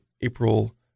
April